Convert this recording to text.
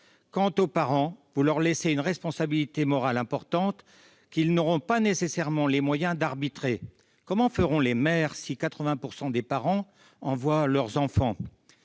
des parents, vous leur laissez une responsabilité morale importante et ils n'auront pas nécessairement les moyens de faire des arbitrages. Comment feront les maires si 80 % des parents envoient leurs enfants à